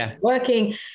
working